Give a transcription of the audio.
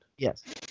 Yes